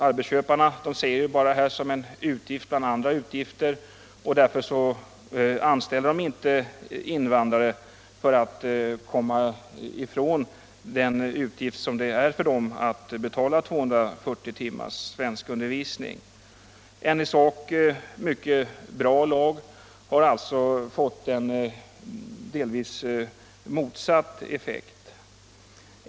Arbetsköparna ser detta bara som en utgift bland andra, och för att komma ifrån den utgift som det innebär för dem att betala 240 timmars svenskundervisning anställer de inte invandrare. En egentligen mycket bra lag har alltså fått en delvis motsatt effekt.